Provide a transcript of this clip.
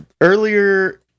Earlier